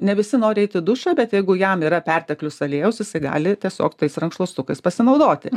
ne visi nori eiti į dušą bet jeigu jam yra perteklius aliejaus jisai gali tiesiog tais rankšluostukais pasinaudoti